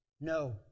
No